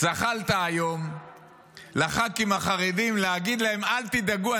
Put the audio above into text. זחלת היום לח"כים החרדים כדי להגיד להם: אל תדאגו,